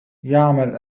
يعمل